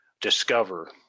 discover